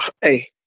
Hey